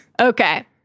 Okay